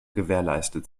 gewährleistet